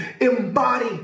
embody